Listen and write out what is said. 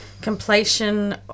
completion